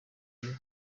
iyo